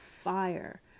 fire